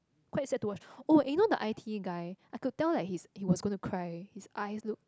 quite sad to watch oh you know the I_T_E guy I could tell that he is he was going to cry his eye look